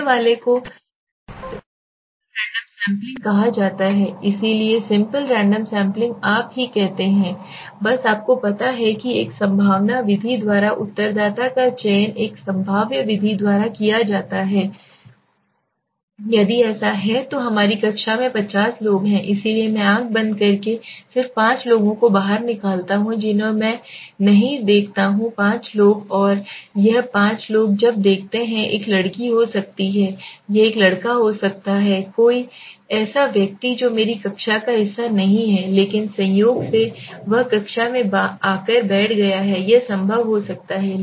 पहले वाले को सिंपल रैंडम सैंपलिंग कहा जाता है इसलिए सिंपल रैंडम सैंपलिंग आप ही कहते हैं बस आपको पता है कि एक संभावना विधि द्वारा उत्तरदाता का चयन एक संभाव्य विधि द्वारा किया जाता है यदि ऐसा है तो हमारी कक्षा में 50 लोग है इसलिए मैं आँख बंद करके सिर्फ 5 लोगों को बाहर निकालता हूँ जिन्हें मैं नहीं देखता हूँ 5 लोग और यह 5 लोग जब देखते हैं एक लड़की हो सकती है यह एक लड़का हो सकता है कोई ऐसा व्यक्ति जो मेरी कक्षा का हिस्सा नहीं है लेकिन संयोग से वह कक्षा में आकर बैठ गया है यह संभव हो सकता है